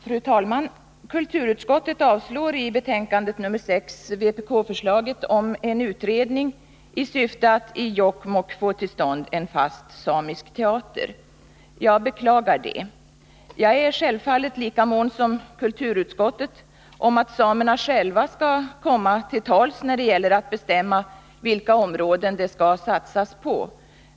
Fru talman! Kulturutskottet avslår i betänkandet nr 6 vpk-förslaget om en utredning i syfte att i Jokkmokk få till stånd en fast samisk teater. Jag beklagar det. Självfallet är jag i lika hög grad som kulturutskottet mån om att samerna själva skall komma till tals när det gäller att bestämma vilka områden det skall satsas på.